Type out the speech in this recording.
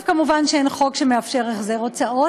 טוב, מובן שאין חוק שמאפשר החזר הוצאות.